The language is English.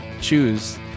choose